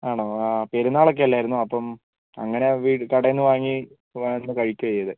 ആണോ ആ പെരുന്നാൾ ഒക്കെ അല്ലായിരുന്നോ അപ്പം അങ്ങനെ വി കടയിൽ നിന്ന് വാങ്ങി അപ്പം അവിടുന്ന് കഴിക്കുവാണ് ചെയ്തത്